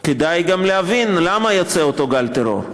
כדאי גם להבין למה יוצא אותו גל טרור.